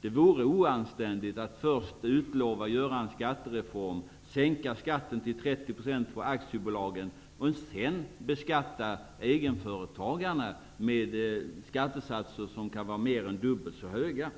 Det vore oanständigt att först utlova och genomföra en skattereform och att sänka skatten till 30 % för aktiebolagen för att sedan låta egenföretagarna drabbas av skattesatser som kan bli mer än dubbelt så höga.